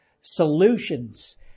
solutions